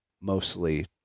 mostly